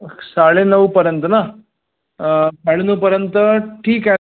साडे नऊपर्यंत ना साडे नऊपर्यंत ठीक आहे